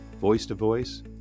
voice-to-voice